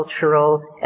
cultural